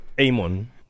Amon